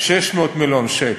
600 מיליון שקל.